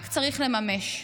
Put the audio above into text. רק צריך לממש,